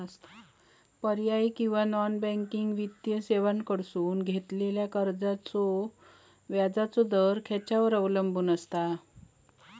पर्यायी किंवा non banking वित्तीय सेवांकडसून घेतलेल्या कर्जाचो व्याजाचा दर खेच्यार अवलंबून आसता?